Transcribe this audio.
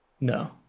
No